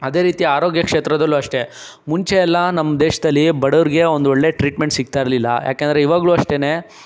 ಅದೇ ರೀತಿ ಆರೋಗ್ಯ ಕ್ಷೇತ್ರದಲ್ಲೂ ಅಷ್ಟೇ ಮುಂಚೆಯೆಲ್ಲ ನಮ್ಮ ದೇಶದಲ್ಲಿ ಬಡವರಿಗೆ ಒಂದೊಳ್ಳೆ ಟ್ರೀಟ್ಮೆಂಟ್ ಸಿಗ್ತಾಯಿರ್ಲಿಲ್ಲ ಏಕೆಂದ್ರೆ ಈವಾಗಲೂ ಅಷ್ಟೆನೇ